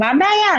מה הבעיה?